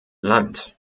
land